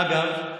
אגב,